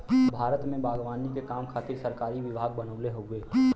भारत में बागवानी के काम खातिर सरकारी विभाग बनल हउवे